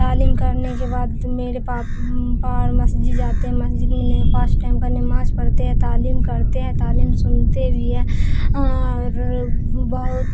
تعلیم کرنے کے بعد میرے پاپا مسجد جاتے ہیں مسجد میںنے پانچ ٹائم کا نماز پڑھتے ہیں تعلیم کرتے ہیں تعلیم سنتے بھی ہیں اور بہت